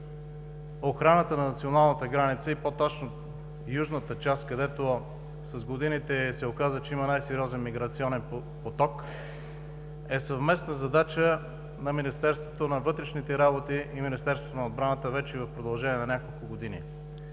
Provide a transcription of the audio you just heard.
охраната на националната граница, по-точно на южната част, където с годините се оказа, че има най-сериозен миграционен поток, е съвместна задача на Министерството на вътрешните работи и Министерството на отбраната в продължение на няколко години.